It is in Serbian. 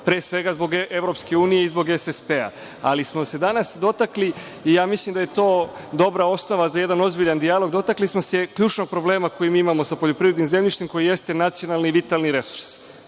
pre svega zbog EU i zbog SSP, ali smo se danas dotakli, i ja mislim da je to dobra osnova za jedan ozbiljan dijalog, jednog ključnog problema koji imamo sa poljoprivrednim zemljištem, koji jeste nacionalni vitalni resurs,